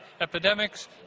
epidemics